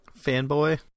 Fanboy